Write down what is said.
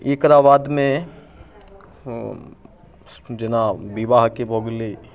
एकरा बादमे जेना विवाहके भऽ गेलै